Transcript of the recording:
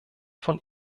von